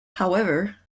however